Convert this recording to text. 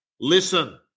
listen